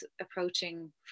approaching